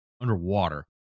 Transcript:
underwater